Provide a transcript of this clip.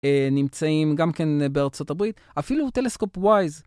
נמצאים גם כן בארצות הברית אפילו טלסקופ וויז.